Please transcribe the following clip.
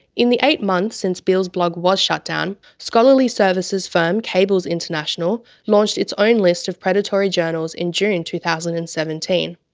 in the eight months since beall's blog was shut down, scholarly services firm cabell's international launched its own list of predatory journals in june two thousand and seventeen,